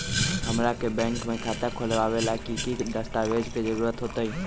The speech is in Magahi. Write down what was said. हमरा के बैंक में खाता खोलबाबे ला की की दस्तावेज के जरूरत होतई?